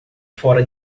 fora